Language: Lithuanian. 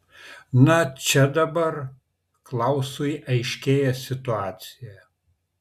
na čia dabar klausui aiškėja situacija